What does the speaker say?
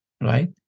right